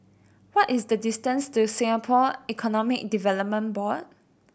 what is the distance to Singapore Economic Development Board